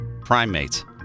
Primates